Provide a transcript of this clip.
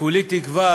וכולי תקווה,